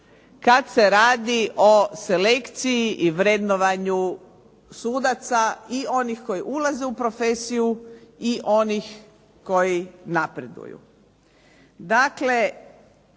kad se radi o selekciji i vrednovanju sudaca i onih koji ulaze u profesiju i onih koji napreduju.